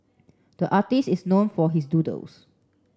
the artist is known for his doodles